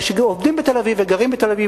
אלה שעובדים בתל-אביב וגרים בתל-אביב,